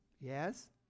Yes